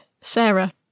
Sarah